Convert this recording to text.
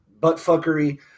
buttfuckery